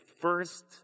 first